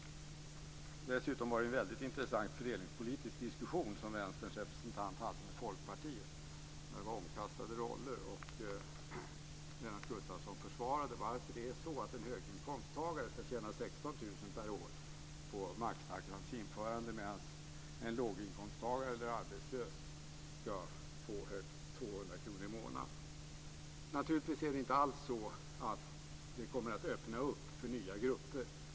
Dessutom var det en väldigt intressant fördelningspolitisk diskussion som Vänsterns representant hade med Folkpartiets representant när det var omkastade roller, och Lennart Gustavsson försvarade varför en höginkomsttagare ska tjäna 16 000 kr per år på maxtaxans införande, medan en låginkomsttagare eller arbetslös ska tjäna högst 200 kr i månaden. Naturligtvis är det inte alls så att detta kommer att öppna för nya grupper.